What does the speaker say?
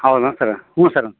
ಹೌದಾ ಸರ್ರ ಹ್ಞೂ ಸರ್ರ